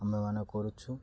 ଆମ୍ଭେମାନେ କରୁଛୁ